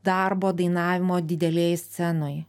darbo dainavimo didelėj scenoj